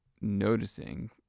noticing